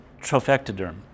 trophectoderm